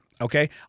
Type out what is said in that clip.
Okay